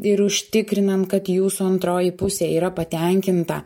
ir užtikrinant kad jūsų antroji pusė yra patenkinta